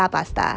ah pasta